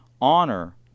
honor